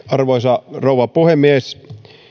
arvoisa rouva puhemies